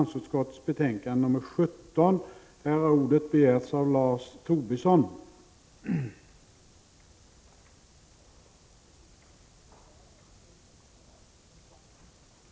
I fråga om detta betänkande skulle debatten vara gemensam för samtliga punkter.